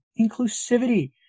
inclusivity